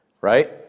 Right